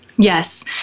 Yes